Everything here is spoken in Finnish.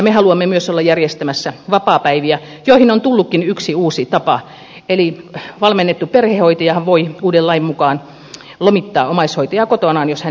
me haluamme myös olla järjestämässä vapaapäiviä joihin on tullutkin yksi uusi tapa eli valmennettu perhehoitajahan voi uuden lain mukaan lomittaa omaishoitajaa kotonaan jos hän niin haluaa